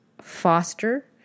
foster